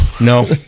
No